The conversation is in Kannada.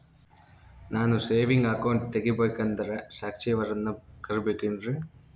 ನಾನು ಸೇವಿಂಗ್ ಅಕೌಂಟ್ ತೆಗಿಬೇಕಂದರ ಸಾಕ್ಷಿಯವರನ್ನು ಕರಿಬೇಕಿನ್ರಿ?